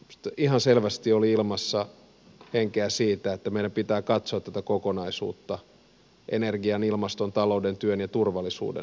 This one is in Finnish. minusta ihan selvästi oli ilmassa henkeä siitä että meidän pitää katsoa tätä kokonaisuutta energian ilmaston talouden työn ja turvallisuuden näkökulmasta